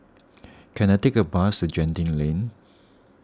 can I take a bus to Genting Lane